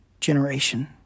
generation